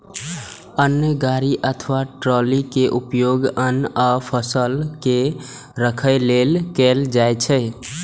अन्न गाड़ी अथवा ट्रॉली के उपयोग अन्न आ फसल के राखै लेल कैल जाइ छै